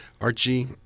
Archie